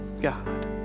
God